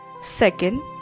Second